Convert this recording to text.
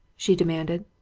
she demanded.